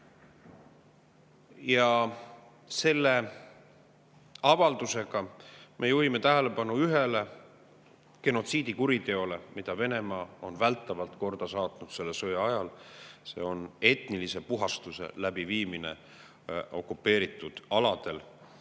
Selle avaldusega me juhime tähelepanu ühele genotsiidikuriteole, mida Venemaa on vältavalt korda saatnud selle sõja ajal. See on etnilise puhastuse läbiviimine okupeeritud aladel